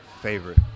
Favorite